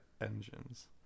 engines